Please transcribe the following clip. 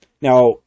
Now